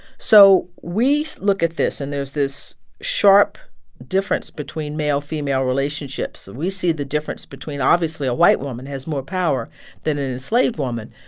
so we look at this and there's this sharp difference between male-female relationships. and we see the difference between obviously a white woman has more power than an enslaved woman.